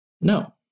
No